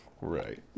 Right